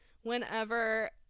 whenever